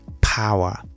power